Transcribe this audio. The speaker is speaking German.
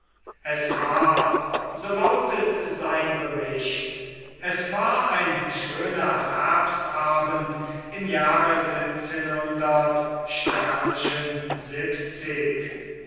es war so lautet sein bericht es war ein schöner herbstabend im jahr